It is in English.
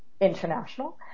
international